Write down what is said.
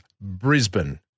Brisbane